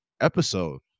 episode